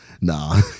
Nah